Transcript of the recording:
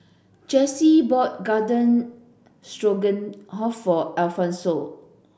Jessi bought Garden Stroganoff for Alphonse